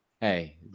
Hey